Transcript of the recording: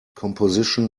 composition